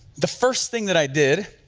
the first thing that i did,